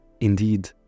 Indeed